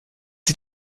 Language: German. ich